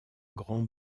grands